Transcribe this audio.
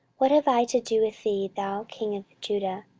what have i to do with thee, thou king of judah?